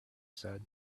said